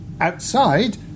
Outside